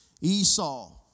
Esau